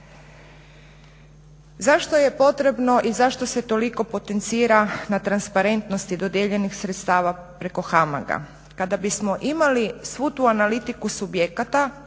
Zašto je potrebno i zašto se toliko potencira na transparentnosti dodijeljenih sredstava preko HAMAG-a. Kada bismo imali svu tu analitiku subjekata